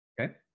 Okay